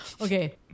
Okay